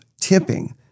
tipping